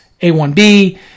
A1B